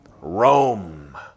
Rome